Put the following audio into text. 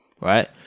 right